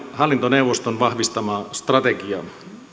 hallintoneuvoston vahvistamaa strategiaa